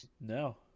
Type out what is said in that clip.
No